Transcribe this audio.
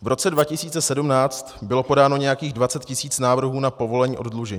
V roce 2017 bylo podáno nějakých 20 tisíc návrhů na povolení oddlužení.